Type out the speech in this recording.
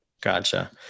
Gotcha